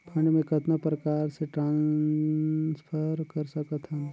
Fund मे कतना प्रकार से ट्रांसफर कर सकत हन?